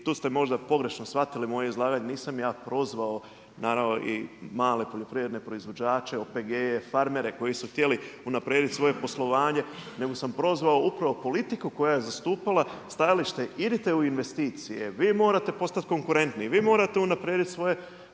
i tu ste možda pogrešno shvatili moje izlaganje. Nisam ja prozvao naravno i male poljoprivredne proizvođače, OPG-e, farmere koji su htjeli unaprijediti svoje poslovanje, nego sam prozvao upravo politiku koja je zastupala stajalište idite u investicije, vi morate postati konkurentniji, vi morate unaprijediti svoje gospodarstvo,